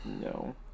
No